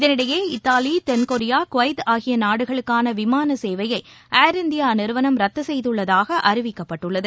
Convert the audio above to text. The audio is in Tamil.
இதனிடையே இத்தாவி தென்கொரியா குவைத் ஆகியநாடுகளுக்கானவிமானசேவையை ஏர் இந்தியாநிறுவனம் ரத்துசெய்துள்ளதாகஅறிவிக்கப்பட்டுள்ளது